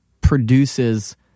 produces